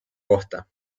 kohta